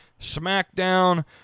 SmackDown